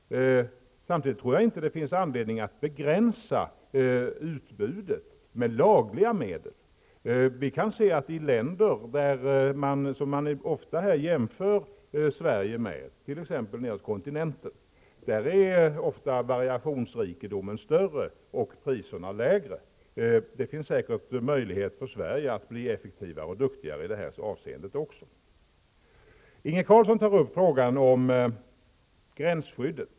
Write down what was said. Samtidigt finns det inte anledning att begränsa utbudet med lagliga medel. I länder som ofta jämförs med Sverige, t.ex. nere på kontinenten, är variationsrikedomen ofta större och priserna lägre. Det finns säkert möjlighet för Sverige att bli effektivare och duktigare också i detta avseende. Inge Carlsson tar upp frågan om gränsskyddet.